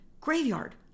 graveyard